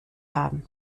haben